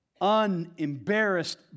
unembarrassed